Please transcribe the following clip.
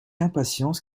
impatience